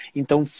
então